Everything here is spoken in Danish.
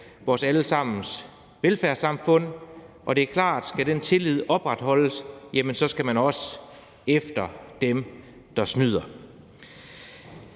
vores alle sammens velfærdssamfund og det er klart, at hvis den tillid skal opretholdes, skal man også efter dem, der snyder.